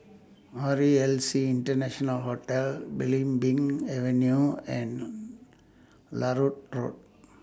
R E L C International Hotel Belimbing Avenue and Larut Road